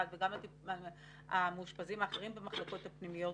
וגם המאושפזים האחרים במחלקות הפנימיות